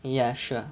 ya sure